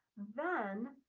then,